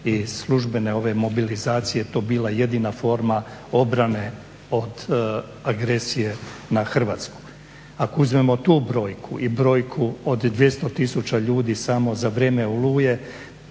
i službene ove mobilizacije to bila jedina forma obrane od agresije na Hrvatsku. Ako uzmemo tu brojku i brojku od 200 tisuća ljudi samo za vrijeme Oluje